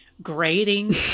Grading